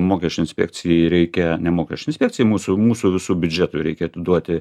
mokesčių inspekcijai reikia ne mokesčių inspekcijai mūsų mūsų visų biudžetui reikia atiduoti